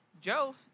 Joe